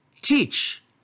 Teach